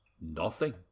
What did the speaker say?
Nothing